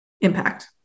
impact